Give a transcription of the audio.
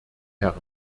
herrn